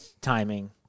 timing